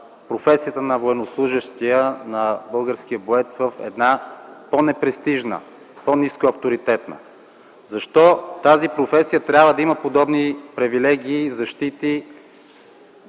професията на военнослужещия, на българския боец, в една по-непрестижна, по-нискоавторитетна работа. Защо тази професия трябва да има подобни привилегии и защити